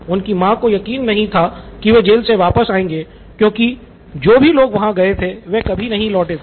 उसकी माँ को यकीन नहीं था की वह जेल से वापस आएँगे क्योंकि जो भी लोग वहाँ गए थे वे कभी नहीं लौटे थे